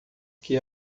que